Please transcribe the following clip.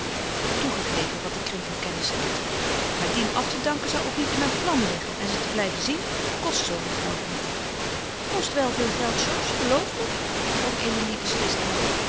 toegegeven wat den kring van kennissen betreft maar dien af te danken zou ook niet in mijn plan liggen en ze te blijven zien kost zooveel geld niet kost wel veel geld georges geloof me drong emilie beslist aan